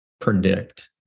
predict